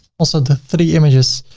also the three images.